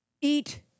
Eat